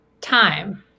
time